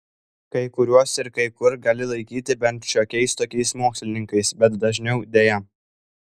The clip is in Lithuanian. kai kuriuos ir kai kur gali laikyti bent šiokiais tokiais mokslininkais bet dažniau deja